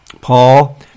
Paul